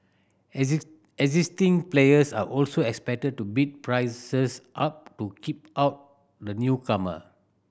existing players are also expected to bid prices up to keep out the newcomer